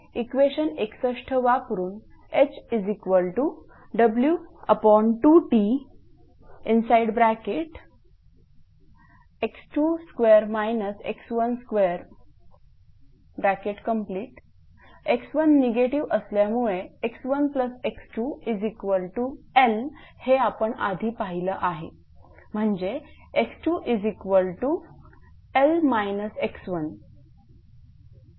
equation 61 वापरून hW2Tx22 x12 𝑥1 negative असल्यामुळे x1x2L हे आपण आधी पाहिलं आहे म्हणजे x2L x1